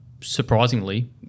Surprisingly